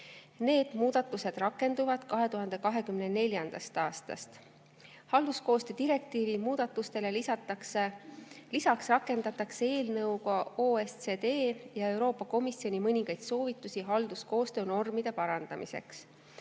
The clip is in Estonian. Need muudatused rakenduvad 2024. aastast. Halduskoostöö direktiivi muudatustele lisaks rakendatakse eelnõuga OECD ja Euroopa Komisjoni mõningaid soovitusi halduskoostöönormide parandamiseks.